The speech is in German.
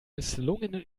misslungenen